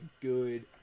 good